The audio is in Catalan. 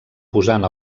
posant